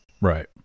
Right